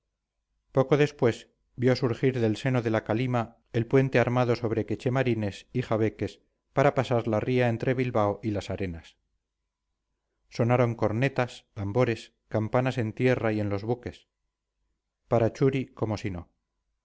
poco después vio surgir del seno de la calima el puente armado sobre quechemarines y jabeques para pasar la ría entre bilbao y las arenas sonaban cornetas tambores campanas en tierra y en los buques para churi como si no